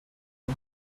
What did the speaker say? who